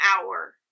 hour